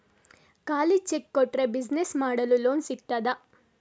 ಖಾಲಿ ಚೆಕ್ ಕೊಟ್ರೆ ಬಿಸಿನೆಸ್ ಮಾಡಲು ಲೋನ್ ಸಿಗ್ತದಾ?